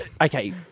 Okay